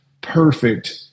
perfect